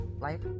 Life